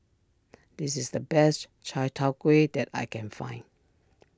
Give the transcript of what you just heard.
this is the best Chai Tow Kuay that I can find